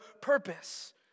purpose